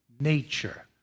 nature